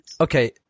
Okay